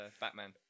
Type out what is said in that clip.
Batman